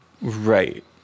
Right